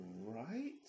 right